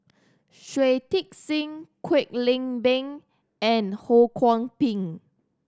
Shui Tit Sing Kwek Leng Beng and Ho Kwon Ping